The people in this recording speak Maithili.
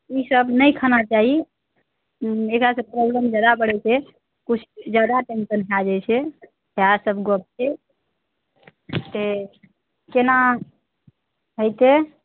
ई सब नहि खाना चाही एकरासँ प्रॉब्लम जादा बढ़य छै किछु जादा टेंशन भए जाइ छै हे सएह सब गप छै से केना हेतय